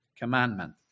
commandment